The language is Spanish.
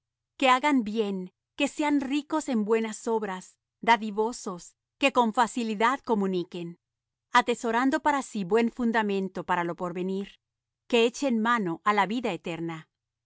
que hagan bien que sean ricos en buenas obras dadivosos que con facilidad comuniquen atesorando para sí buen fundamento para lo por venir que echen mano á la vida eterna